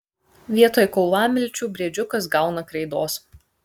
vietoj kaulamilčių briedžiukas gauna kreidos